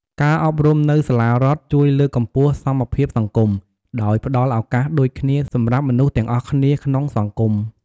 ការអប់រំនៅសាលារដ្ឋជួយលើកកម្ពស់សមភាពសង្គម ដោយផ្តល់ឱកាសដូចគ្នាសម្រាប់មនុស្សទាំងអស់គ្នាក្នុងសង្គម។